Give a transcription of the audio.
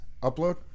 Upload